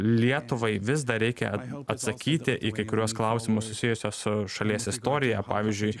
lietuvai vis dar reikia atsakyti į kai kuriuos klausimus susijusius su šalies istorija pavyzdžiui